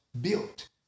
built